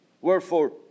Wherefore